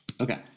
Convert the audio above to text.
Okay